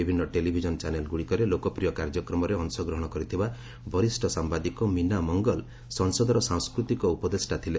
ବିଭିନ୍ନ ଟେଲିଭିଜନ ଚାନେଲ୍ଗୁଡ଼ିକରେ ଲୋକପ୍ରିୟ କାର୍ଯ୍ୟକ୍ରମରେ ଅଂଶଗ୍ରହଣ କରିଥିବା ସାମ୍ଭାଦିକ ମିନା ମଙ୍ଗଲ ସଂସଦର ସାଂସ୍କୃତିକ ଉପଦେଷ୍ଟା ଥିଲେ